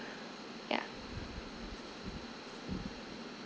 ya